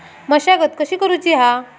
मशागत कशी करूची हा?